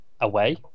away